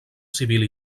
civil